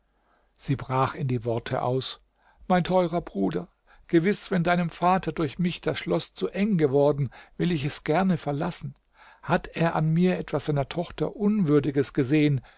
sie brach in die worte aus mein teurer bruder gewiß wenn deinem vater durch mich das schloß zu eng geworden will ich es gerne verlassen hat er an mir etwas seiner tochter unwürdiges gesehen